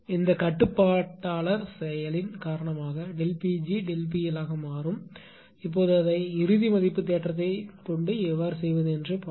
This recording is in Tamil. இந்த கட்டுப்பாட்டாளர் செயலின் காரணமாக ΔP g ΔP L ஆக மாறும் இப்போது அதை இறுதி மதிப்பு தேற்றத்தை எப்படி செய்வது என்று பாருங்கள்